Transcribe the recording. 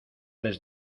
les